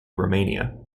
romania